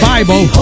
Bible